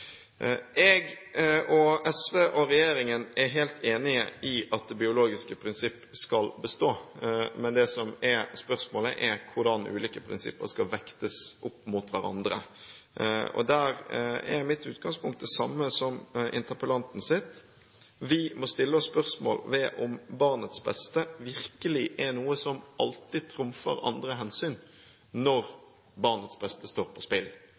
Jeg og SV og regjeringen er helt enig i at det biologiske prinsipp skal bestå, men det som er spørsmålet, er hvordan ulike prinsipper skal vektes mot hverandre. Der er mitt utgangspunkt omtrent det samme som interpellantens: Vi må stille spørsmål ved om barnets beste virkelig er noe som alltid trumfer andre hensyn når barnets beste står på spill.